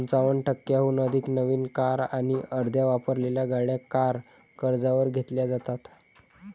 पंचावन्न टक्क्यांहून अधिक नवीन कार आणि अर्ध्या वापरलेल्या गाड्या कार कर्जावर घेतल्या जातात